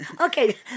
Okay